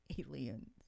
aliens